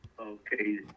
Okay